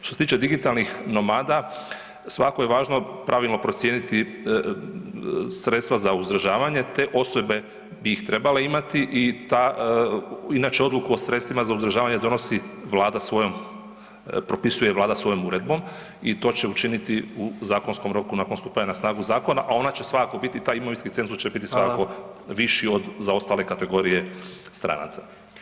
Što se tiče digitalnih nomada svakako je važno pravilno procijeniti sredstva za uzdržavanje, te osobe bi ih trebale imati i ta, inače odluku o sredstvima za uzdržavanje donosi vlada svojom, propisuje vlada svojom uredbom i to će učiniti u zakonskom roku nakon stupanja na snagu zakona, a ona će svakako biti, taj imovinski cenzus će biti [[Upadica: Hvala]] svakako viši od, za ostale kategorije stranaca.